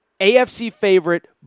AFC-favorite